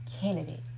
candidate